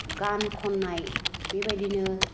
गान खननाय बेबादिनो